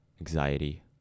anxiety